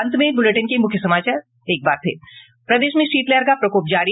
और अब अंत में मुख्य समाचार प्रदेश में शीतलहर का प्रकोप जारी